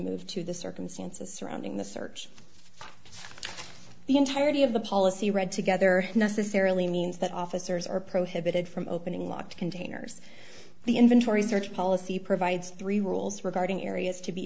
move to the circumstances surrounding the search the entirety of the policy read together necessarily means that officers are prohibited from opening locked containers the inventory search policy provides three rules regarding areas to be